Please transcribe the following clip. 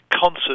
concert